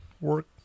Work